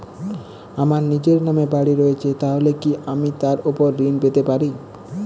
আমার নিজের নামে বাড়ী রয়েছে তাহলে কি আমি তার ওপর ঋণ পেতে পারি?